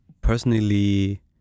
personally